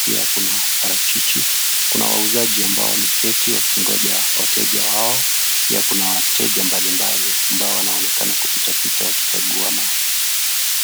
pia kuna parachichi . Kuna wauzaji ambao wameketi wakingoja wateja wao pia kuna wateja mbalimbali ambao wanaonekana kupita pita wakikagua mali.